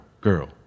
girl